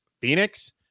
Phoenix